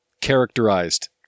characterized